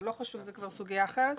אבל זו כבר סוגיה אחרת.